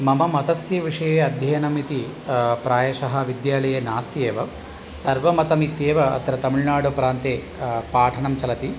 मम मतस्य विषये अध्ययनम् इति प्रायशः विद्यालये नास्ति एव सर्वमतमित्येव अत्र तमिळ्नाडुप्रान्ते पाठनं चलति